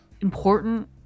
important